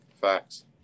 facts